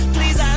Please